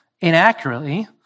inaccurately